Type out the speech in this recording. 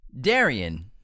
Darian